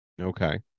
Okay